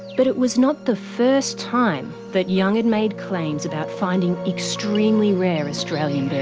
but, it was not the first time that young had made claims about finding extremely rare australian birds.